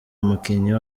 umukinnyi